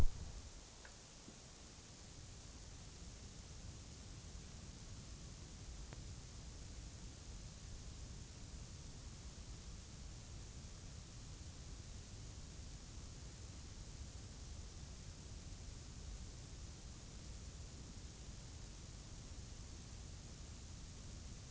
Detta har dock ännu inte behandlats av riksdagen. 1. På vilket sätt avser statsrådet förhindra att en länsskolnämnd fattar beslut om indragning av statsbidrag i sådan omfattning att en hel skola hotas av nedläggning utan att först överlägga med huvudmannen om saken? 2.